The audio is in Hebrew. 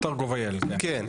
אתר gov.il, כן.